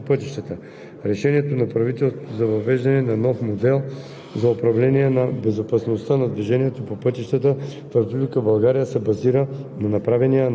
С Постановление № 21 от 1 февруари 2019 г. е създадена Държавна агенция „Безопасност на движението по пътищата“.